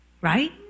right